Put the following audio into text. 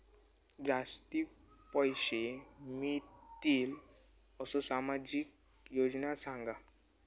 जास्ती पैशे मिळतील असो सामाजिक योजना सांगा?